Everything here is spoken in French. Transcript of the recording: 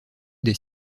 des